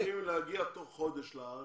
הם צריכים להגיע לארץ